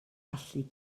allu